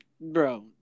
Bro